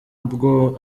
bwo